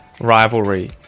rivalry